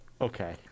Okay